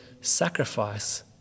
sacrifice